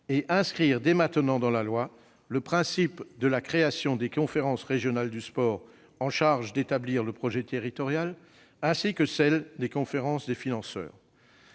et inscrire dès maintenant dans la loi le principe de la création des conférences régionales du sport en charge d'établir le projet territorial, ainsi que celle des conférences des financeurs.